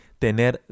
tener